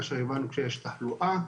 כאשר הבנו שיש תחלואה.